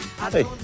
hey